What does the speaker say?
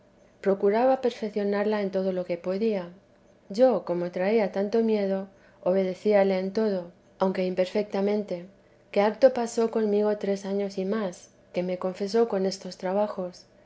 procuraba perfeccionarla en todo lo que podía yo como traía tanto miedo obedecíale en todo aunque imperfetamente que harto pasó conmigo tres años y más que me confesó con estos trabajos